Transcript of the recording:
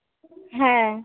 হ্যাঁ